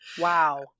Wow